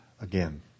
again